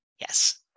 Yes